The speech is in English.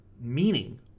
meaning